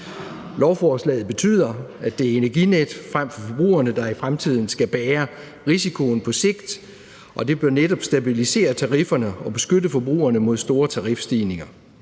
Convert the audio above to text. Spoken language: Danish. Lovforslaget betyder, at det er Energinet frem for forbrugerne, der i fremtiden skal bære risikoen på sigt, og det bør netop stabilisere tarifferne og beskytte forbrugerne mod store tarifstigninger.